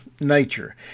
nature